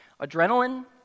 adrenaline